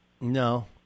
No